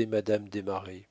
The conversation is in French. madame desmarets